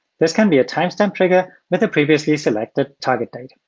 this can be a timestamp trigger with a previously selected target date.